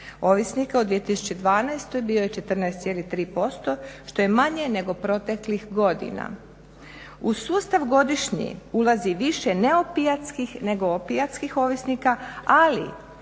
ovisnika u 2012. bio je 14,3% što je manje nego proteklih godina. U sustav godišnji ulazi više neopijatskih nego opijatskih ovisnika, ali